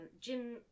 Jim